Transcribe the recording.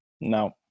No